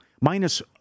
Minus